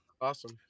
Awesome